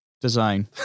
Design